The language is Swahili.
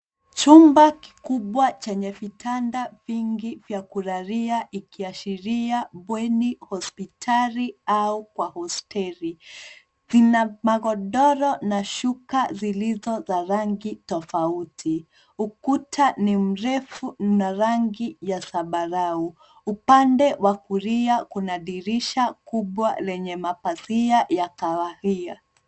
Chumba kikubwa chenye vitanda vingi vya kulalia ikiashiria bweni, hospitali au kwa hosteli. Vina magodoro na shuka zilizo za rangi tofauti. Ukuta ni mrefu una rangi ya zambarau. Upande wa kulia kuna dirisha kubwa lenye mapazia ya kahawia.